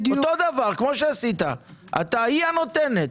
היא הנותנת.